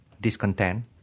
discontent